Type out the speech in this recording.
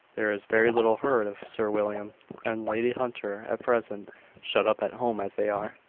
there is very little heard of sir william and lady hunter at present shut up at home as they are.